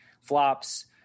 flops